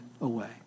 away